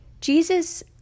Jesus